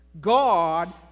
God